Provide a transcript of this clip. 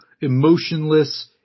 emotionless